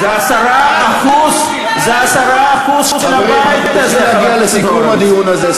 האזרח הצביע שתי מדינות.